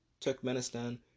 Turkmenistan